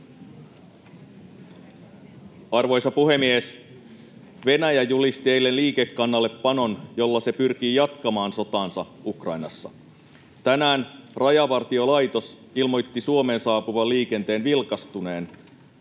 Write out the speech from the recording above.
Arvoisa puhemies! Venäjä julisti eilen liikekannallepanon, jolla se pyrkii jatkamaan sotaansa Ukrainassa. Tänään Rajavartiolaitos ilmoitti Suomeen saapuvan liikenteen vilkastuneen.